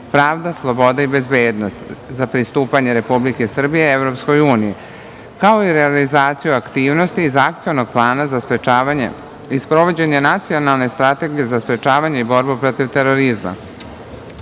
pravda, sloboda i bezbednost, za pristupanje Republike Srbije EU, kao i realizaciju aktivnosti iz akcionog plana za sprečavanje i sprovođenje nacionalne strategije za sprečavanje i borbu protiv terorizma. Predložena